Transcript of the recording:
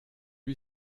lui